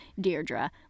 Deirdre